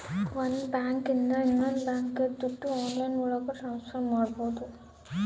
ಒಂದ್ ಬ್ಯಾಂಕ್ ಇಂದ ಇನ್ನೊಂದ್ ಬ್ಯಾಂಕ್ಗೆ ದುಡ್ಡು ಆನ್ಲೈನ್ ಒಳಗ ಟ್ರಾನ್ಸ್ಫರ್ ಮಾಡ್ಬೋದು